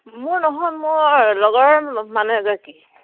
মোৰ নহয় মোৰ লগৰৰ মানুহ এগৰাকী